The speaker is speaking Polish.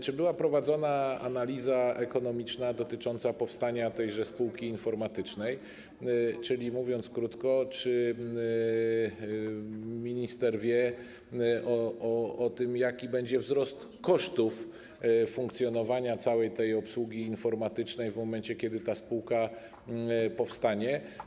Czy była prowadzona analiza ekonomiczna dotycząca powstania tejże spółki informatycznej, czyli, mówiąc krótko, czy minister wie o tym, jaki będzie wzrost kosztów funkcjonowania całej tej obsługi informatycznej w momencie, kiedy ta spółka powstanie?